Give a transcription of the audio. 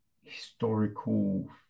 historical